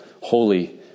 holy